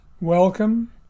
Welcome